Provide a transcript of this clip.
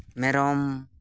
ᱢᱮᱨᱚᱢ